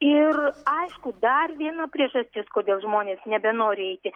ir aišku dar viena priežastis kodėl žmonės nebenori eiti